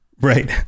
Right